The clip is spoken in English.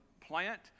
plant